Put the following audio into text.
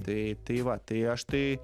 tai tai va tai aš tai